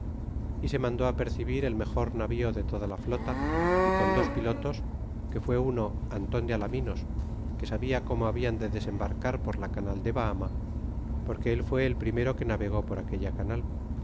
y se mandó apercebir el mejor navío de toda la flota y con dos pilotos que t'a uno anton de alaminos que sabia como hablan de desembarcar por la canal de bahama porque él fué el primero que navegó por aquella canal